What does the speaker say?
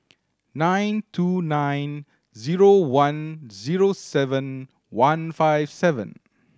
nine two nine zero one zero seven one five seven